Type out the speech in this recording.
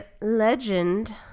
legend